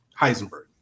Heisenberg